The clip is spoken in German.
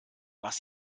was